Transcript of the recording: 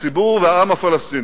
הציבור והעם הפלסטיני.